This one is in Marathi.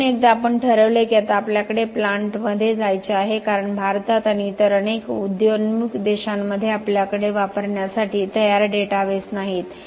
म्हणून एकदा आपण ठरवले की आता आपल्याला प्लांटमध्ये जायचे आहे कारण भारतात आणि इतर अनेक उदयोन्मुख देशांमध्ये आपल्याकडे वापरण्यासाठी तयार डेटाबेस नाहीत